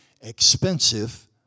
expensive